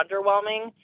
underwhelming